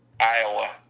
Iowa